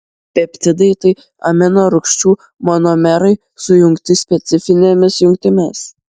peptidai tai amino rūgčių monomerai sujungti specifinėmis jungtimis